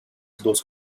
those